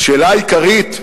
והשאלה העיקרית,